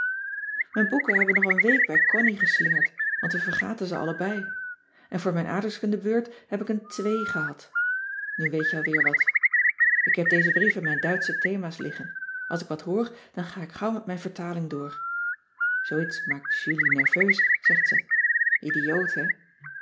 mijn boeken hebben nog een week bij connie geslingerd want we vergaten ze allebei en voor mijn aardrijkskundebeurt heb ik een twee gehad nu weet je al weer wat ik heb dezen brief in mijn duitsche thema's liggen als ik wat hoor dan ga ik gauw met mijn vertaling door zoo iets maakt julie nerveus zegt ze idioot